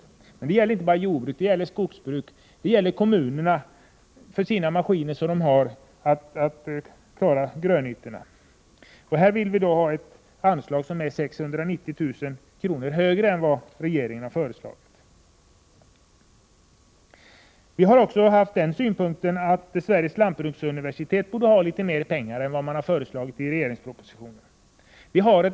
Men detta gäller inte bara jordbruket utan även skogsbruket och kommunerna, för deras maskiner för grönytorna. Här föreslår vi ett anslag som är 690 000 kr. högre än vad regeringen har föreslagit. Vi har också framfört den synpunkten att Sveriges lantbruksuniversitet borde ha litet mer pengar än vad regeringen föreslagit i propositionen.